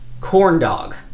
Corndog